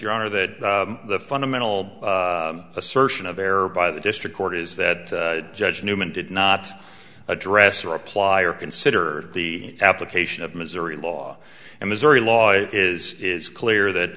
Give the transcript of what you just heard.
your honor that the fundamental assertion of error by the district court is that judge newman did not address or apply or consider the application of missouri law and missouri law it is is clear that